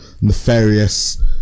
nefarious